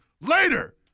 Later